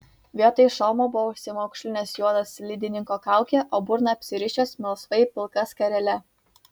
vietoj šalmo buvo užsimaukšlinęs juodą slidininko kaukę o burną apsirišęs melsvai pilka skarele